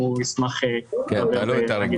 יותר כי